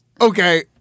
Okay